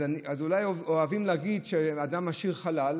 אז אולי אוהבים להגיד שאדם משאיר חלל.